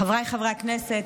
חבריי חברי הכנסת,